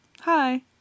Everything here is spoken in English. Hi